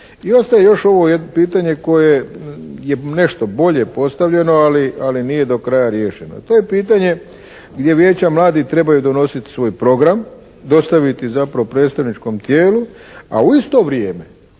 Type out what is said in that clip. I ostaje još ovo pitanje koje je nešto bolje postavljeno ali nije do kraja riješeno. To je pitanje gdje vijeća mladih trebaju donositi svoj program, dostaviti zapravo predstavničkom tijelu, a u isto vrijeme